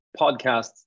podcasts